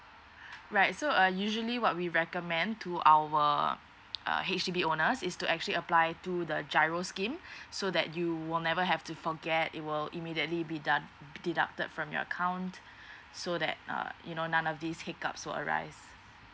right so uh usually what we recommend to our uh H_D_B owners is to actually apply through the GIRO scheme so that you will never have to forget it will immediately be done deducted from your account so that uh you know none of this hiccup will arise